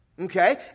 Okay